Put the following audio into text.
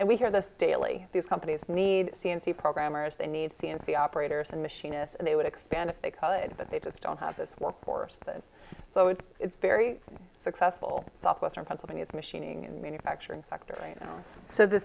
and we hear this daily these companies need c n c programmers they need c n c operators and machinists and they would expand if they cut it but they just don't have this workforce that so it's it's very successful southwestern pennsylvania is machining in the manufacturing sector right now so the